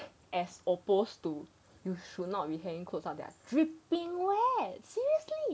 as opposed to you should not be hanging clothes out there that are dripping wet seriously